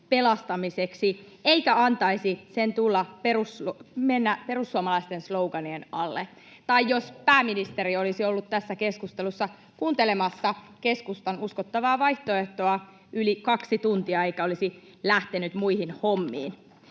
pelastamiseksi eikä antaisi puheen mennä perussuomalaisten sloganien alle — tai jos pääministeri olisi ollut tässä keskustelussa kuuntelemassa keskustan uskottavaa vaihtoehtoa yli kaksi tuntia eikä olisi lähtenyt muihin hommiin.